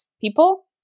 people